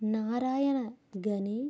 నారాయణ గని